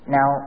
Now